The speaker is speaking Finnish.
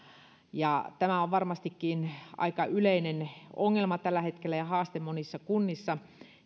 tämä on varmastikin aika yleinen ongelma tällä hetkellä ja haaste monissa kunnissa